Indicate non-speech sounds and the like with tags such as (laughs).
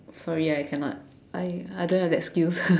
sorry I cannot I I don't have excuse (laughs)